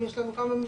אם יש לנו כמה מבנים,